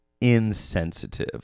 insensitive